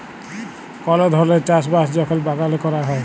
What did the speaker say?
call ধরলের চাষ বাস যখল বাগালে ক্যরা হ্যয়